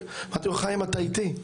אמרתי לו: חיים, אתה איתי,